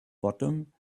bottom